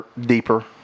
deeper